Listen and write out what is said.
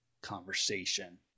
conversation